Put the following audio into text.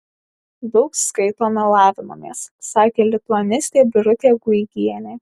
daug skaitome lavinamės sakė lituanistė birutė guigienė